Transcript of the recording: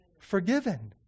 forgiven